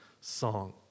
song